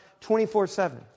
24-7